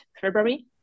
February